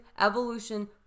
evolution